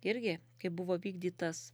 irgi kaip buvo vykdytas